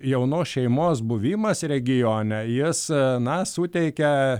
jaunos šeimos buvimas regione jis na suteikia